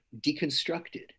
deconstructed